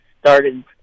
started